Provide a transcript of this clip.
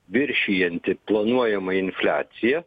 viršijantį planuojamą infliaciją